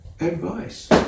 Advice